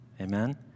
amen